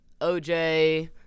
OJ